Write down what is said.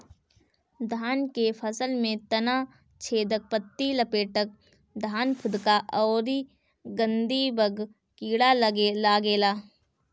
धान के फसल में तना छेदक, पत्ति लपेटक, धान फुदका अउरी गंधीबग कीड़ा लागेला